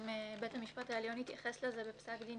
גם בית המשפט העליון התייחס לזה בפסק דין,